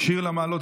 "שיר למעלות.